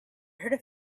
heard